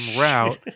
route